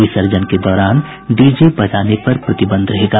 विसर्जन के दौरान डीजे बजाने पर प्रतिबंध रहेगा